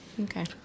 Okay